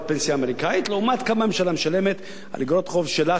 פנסיה אמריקנית לעומת כמה הממשלה משלמת על איגרות חוב שלה,